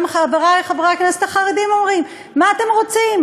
חברי חברי הכנסת החרדים אומרים: מה אתם רוצים?